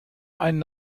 einen